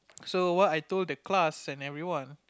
so what I told the class and everyone